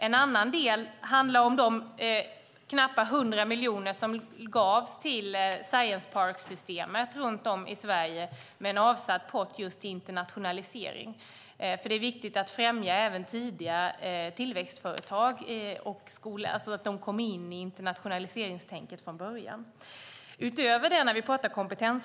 En annan är de knappa 100 miljoner som gavs till science park-systemet runt om i Sverige med en avsatt pott till internationalisering. Det är viktigt att främja tidiga tillväxtföretag så att de kommer in i internationaliseringstänket från början.